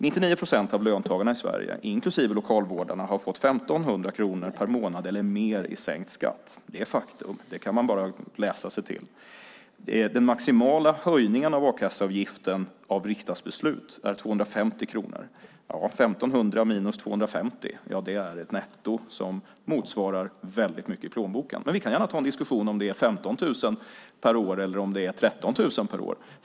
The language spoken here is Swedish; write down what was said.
99 procent av löntagarna i Sverige, inklusive lokalvårdarna, har fått 1 500 kronor eller mer per månad i sänkt skatt. Det är ett faktum. Det kan man läsa sig till. Den maximala höjningen av a-kasseavgiften, genom riksdagsbeslut, är 250 kronor. 1 500 minus 250 är ett netto som motsvarar väldigt mycket i plånboken. Vi kan gärna ta en diskussion om det är 15 000 eller 13 000 per år.